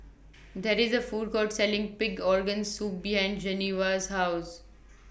There IS The Food Court Selling Pig Organ Soup behind Genoveva's House